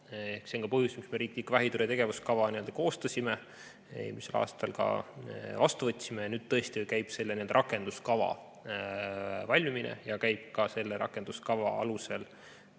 See on ka põhjus, miks me riikliku vähitõrje tegevuskava koostasime eelmisel aastal ja ka vastu võtsime. Nüüd tõesti käib selle rakenduskava valmimine ja käib ka selle rakenduskava alusel